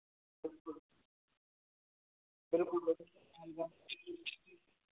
بلکل